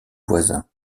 voisins